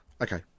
Okay